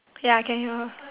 ya I can hear her